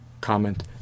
comment